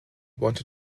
wanted